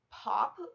pop